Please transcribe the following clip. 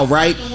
right